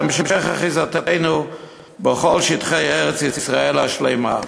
להמשיך את אחיזתנו בכל שטחי ארץ-ישראל השלמה.